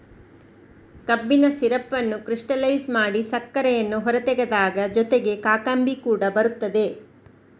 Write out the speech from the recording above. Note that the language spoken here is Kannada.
ಕಬ್ಬಿನ ಸಿರಪ್ ಅನ್ನು ಕ್ರಿಸ್ಟಲೈಜ್ ಮಾಡಿ ಸಕ್ಕರೆಯನ್ನು ಹೊರತೆಗೆದಾಗ ಜೊತೆಗೆ ಕಾಕಂಬಿ ಕೂಡ ಬರುತ್ತದೆ